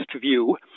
view